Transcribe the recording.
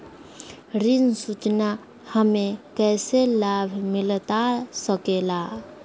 ऋण सूचना हमें कैसे लाभ मिलता सके ला?